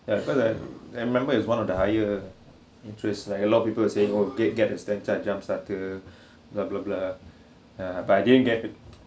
I remember is one of the higher interest like a lot of people saying oh get get a Stand Chart jump start the blah blah blah yeah but I didn't get